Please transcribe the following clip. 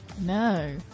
no